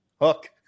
Hook